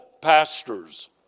pastors